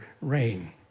rain